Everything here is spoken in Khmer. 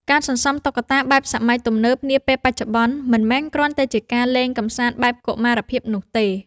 ការសន្សំតុក្កតាបែបសម័យទំនើបនាពេលបច្ចុប្បន្ន មិនមែនគ្រាន់តែជាការលេងកម្សាន្តបែបកុមារភាពនោះទេ។